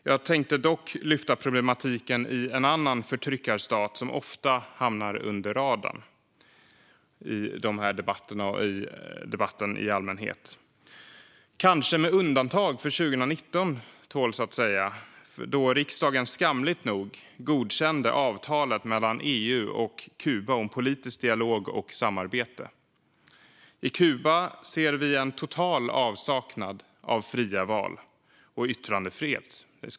Jag tänkte dock lyfta problematiken i en annan förtryckarstat som ofta hamnar under radarn i våra riksdagsdebatter och i debatten i allmänhet, kanske med undantag för 2019 då riksdagen skamligt nog godkände avtalet mellan EU och Kuba om politisk dialog och samarbete. I Kuba ser vi en total avsaknad av fria val och yttrandefrihet.